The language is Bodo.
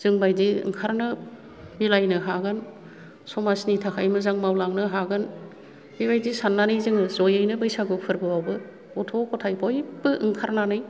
जोंबादि ओंखारनो मिलायनो हागोन समाजनि थाखाय मोजां मावलांनो हागोन बेबायदि साननानै जोङो जयैनो बैसागु फोरबोआवबो गथ' गथाय बयबो ओंखारनानै